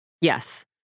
Yes